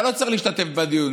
אתה לא צריך להשתתף בדיונים,